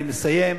אני מסיים.